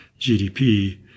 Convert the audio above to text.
GDP